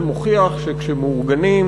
זה מוכיח שכשמאורגנים,